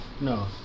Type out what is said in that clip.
No